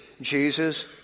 Jesus